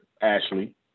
Ashley